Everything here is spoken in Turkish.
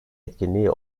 etkinliği